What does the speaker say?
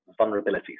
vulnerabilities